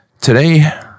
Today